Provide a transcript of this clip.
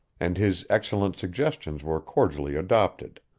and his excellent suggestions were cordially adopted.